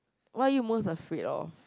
what are you most afraid of